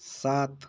सात